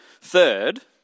Third